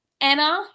Anna –